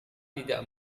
tidak